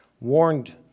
warned